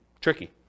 tricky